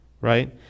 right